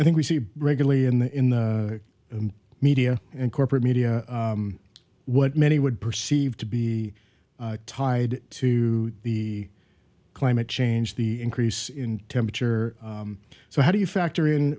and we see regularly in the in the media and corporate media what many would perceive to be tied to the climate change the increase in temperature so how do you factor in